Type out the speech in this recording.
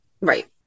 right